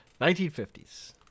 1950s